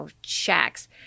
shacks